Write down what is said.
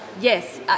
Yes